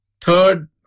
Third